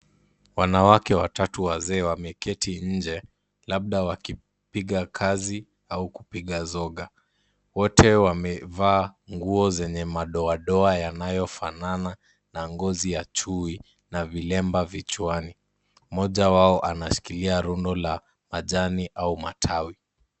Wanawake watatu wazee wameketi nje, labda wakipiga kazi au kupiga soga. Wote wamevaa nguo zenye madoadoa yanayofanana na ngozi ya chui na vilemba vichwani. Mmoja wao anashikilia rundo la majani au matawi.